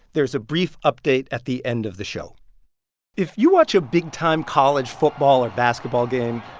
there's a brief update at the end of the show if you watch a big-time college football or basketball game,